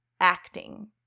acting